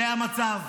זה המצב.